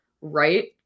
right